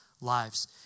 lives